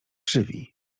żywi